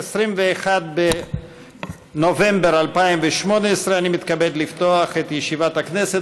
21 בנובמבר 2018. אני מתכבד לפתוח את ישיבת הכנסת.